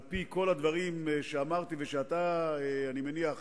על-פי כל הדברים שאמרתי ואתה, אני מניח,